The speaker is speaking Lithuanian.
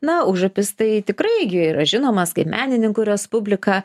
na užupis tai tikrai gi yra žinomas kaip menininkų respublika